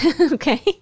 Okay